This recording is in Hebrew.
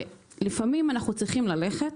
לפעמים אנחנו צריכים ללכת,